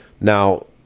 Now